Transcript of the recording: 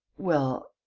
well.